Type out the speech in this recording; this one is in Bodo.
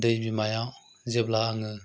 दै बिमायाव जेब्ला आङो